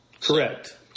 Correct